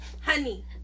Honey